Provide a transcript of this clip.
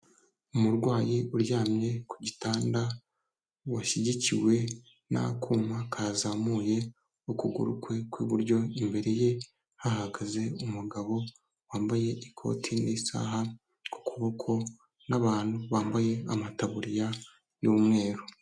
Umurwayi uryamye ku gitanda washyigikiwe n'akuma kazamuye ukuguru kwe kw'iburyo, imbere ye hahagaze umugabo wambaye ikoti n'isaha ku kuboko n'abantu bambaye amataburiya y'umweru.